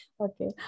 Okay